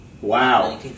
Wow